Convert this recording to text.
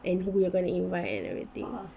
and who you're gonna invite and everything